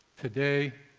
today,